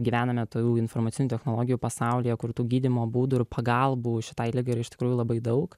gyvename tokių informacinių technologijų pasaulyje kur tų gydymo būdų ir pagalbų šitai liga yra iš tikrųjų labai daug